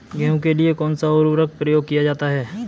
गेहूँ के लिए कौनसा उर्वरक प्रयोग किया जाता है?